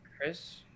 Chris